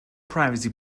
privacy